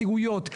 יש לה נציגויות.